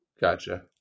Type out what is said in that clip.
gotcha